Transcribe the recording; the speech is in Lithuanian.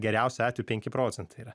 geriausiu atveju penki procentai yra